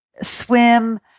Swim